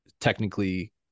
technically